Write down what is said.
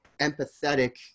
empathetic